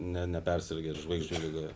ne nepersirgęs žvaigždžių liga